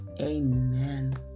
Amen